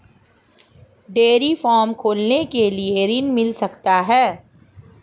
Dairy farm खोलने के लिए ऋण मिल सकता है?